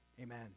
Amen